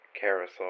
carousel